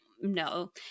no